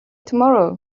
tomorrow